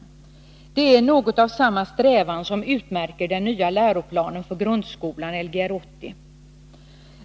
Det är något av samma strävan som utmärker den nya läroplanen för grundskolan, Lgr 80.